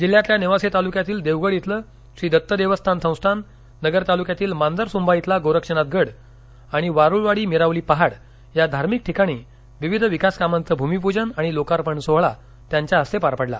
जिल्ह्यातील नेवासे तालुक्यातील देवगड इथलं श्री दत्त देवस्थान संस्थान नगर तालुक्यातील मांजरसुंबा इथला गोरक्षनाथ गड आणि वारूळवाडी मिरावली पहाड या धार्मिक ठिकाणी विविध विकास कामांचं भूमिपूजन आणि लोकार्पण सोहळा त्यांच्या हस्ते पार पडला